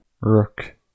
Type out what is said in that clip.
Rook